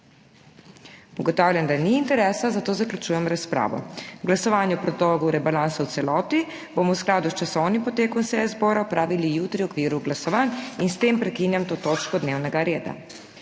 Ugotavljam, da ni interesa, zato zaključujem razpravo. Glasovanje o predlogu rebalansa v celoti bomo v skladu s časovnim potekom seje zbora opravili jutri v okviru glasovanj. S tem prekinjam to točko dnevnega reda.